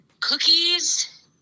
cookies